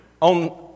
on